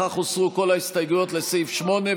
בכך הוסרו כל ההסתייגויות לסעיף 8,